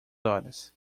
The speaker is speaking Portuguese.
horas